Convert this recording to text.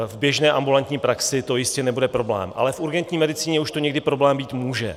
V běžné ambulantní praxi to jistě nebude problém, ale v urgentní medicíně už to někdy problém být může.